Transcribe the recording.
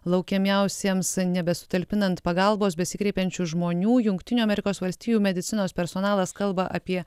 laukiamiausiems nebesutalpinant pagalbos besikreipiančių žmonių jungtinių amerikos valstijų medicinos personalas kalba apie